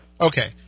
Okay